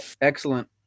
excellent